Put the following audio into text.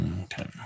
Okay